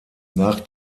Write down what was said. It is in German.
nach